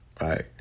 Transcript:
Right